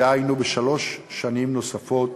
דהיינו בשלוש שנים נוספות